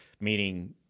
meaning